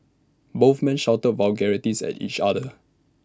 both men shouted vulgarities at each other